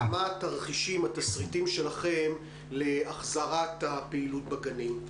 מה התסריטים שלכם להחזרת הפעילות בגנים?